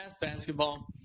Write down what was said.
basketball